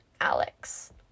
Alex